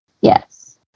Yes